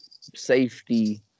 safety